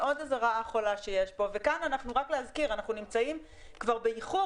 עוד רעה חולה רק להזכיר אנחנו נמצאים כבר באיחור